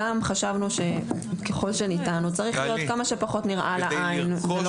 גם חשבנו שככל שניתן הוא צריך להיות כמה שפחות נראה לעין.